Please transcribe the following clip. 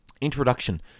Introduction